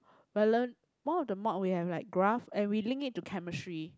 balance more of the mod we have like graph and we link it to chemistry